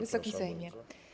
Wysoki Sejmie!